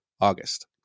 August